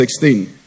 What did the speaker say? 16